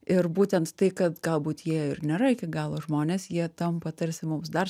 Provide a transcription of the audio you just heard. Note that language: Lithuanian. ir būtent tai kad galbūt jie ir nėra iki galo žmonės jie tampa tarsi mums dar